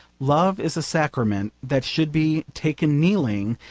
love is a sacrament that should be taken kneeling,